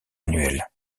annuel